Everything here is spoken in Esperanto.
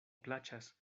plaĉas